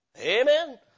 Amen